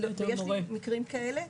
יש חקרים כאלה.